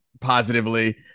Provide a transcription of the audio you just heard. positively